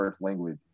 language